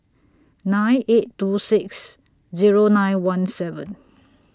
nine eight two six Zero nine one seven